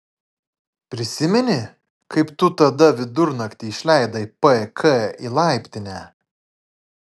prisimeni kaip tu tada vidurnaktį išleidai pk į laiptinę